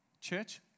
Church